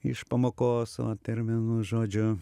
iš pamokos vat ir vienu žodžiu